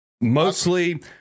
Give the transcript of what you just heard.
mostly